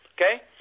Okay